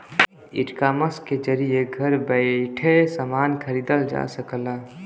ecommerce के जरिये घर बैइठे समान खरीदल जा सकला